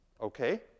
Okay